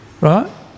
right